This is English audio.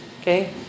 Okay